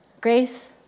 Grace